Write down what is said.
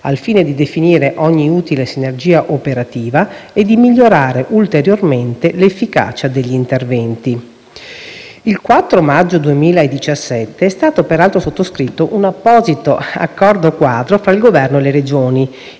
al fine di definire ogni utile sinergia operativa e di migliorare ulteriormente l'efficacia degli interventi. Il 4 maggio 2017 è stato, peraltro, sottoscritto un apposito accordo quadro tra il Governo e le Regioni,